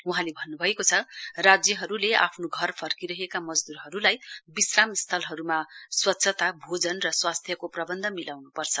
वहाँले भन्न्भएको छ राज्यहरूले आफ्नो घर फर्किरहेको मजदूरहरूलाई विश्राम स्थलहरूमा स्वच्छता भोजन र स्वास्थ्यको प्रवन्ध मिलाउन्पर्छ